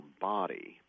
body